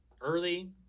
early